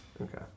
okay